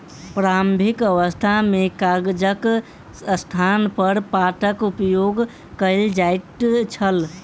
प्रारंभिक अवस्था मे कागजक स्थानपर पातक उपयोग कयल जाइत छल